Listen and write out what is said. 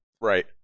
Right